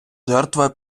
жертва